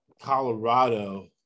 Colorado